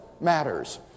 matters